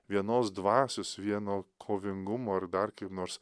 vienos dvasios vieno kovingumo ir dar kaip nors